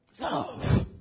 Love